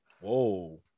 Whoa